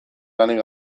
lanik